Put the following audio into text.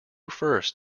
first